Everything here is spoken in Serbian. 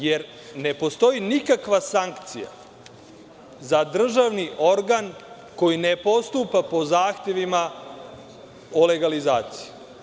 Jer, ne postoji nikakva sankcija za državni organ koji ne postupa po zahtevima o legalizaciji.